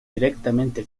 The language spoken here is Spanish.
directamente